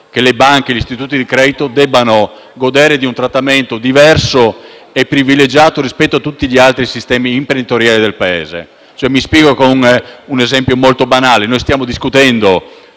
che le banche e gli istituti di credito debbano godere di un trattamento diverso e privilegiato rispetto a tutti gli altri sistemi imprenditoriali del Paese. Mi spiego con un esempio molto banale: stiamo discutendo